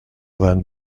vingt